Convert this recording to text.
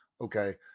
okay